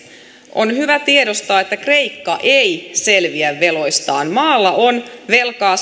on hyvä tiedostaa että kreikka ei selviä veloistaan maalla on velkaa